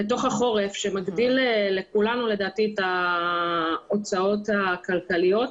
לתוך החורף שמגדיל לכולנו לדעתי את ההוצאות הכלכליות,